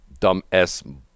Dumbass